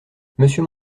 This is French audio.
monsieur